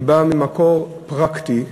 היא באה ממקור פרקטי,